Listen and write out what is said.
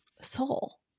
soul